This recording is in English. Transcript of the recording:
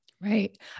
Right